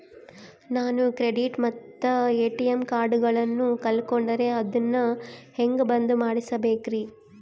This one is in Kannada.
ನಾನು ಕ್ರೆಡಿಟ್ ಮತ್ತ ಎ.ಟಿ.ಎಂ ಕಾರ್ಡಗಳನ್ನು ಕಳಕೊಂಡರೆ ಅದನ್ನು ಹೆಂಗೆ ಬಂದ್ ಮಾಡಿಸಬೇಕ್ರಿ?